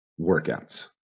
workouts